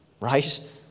right